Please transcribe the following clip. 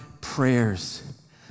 prayers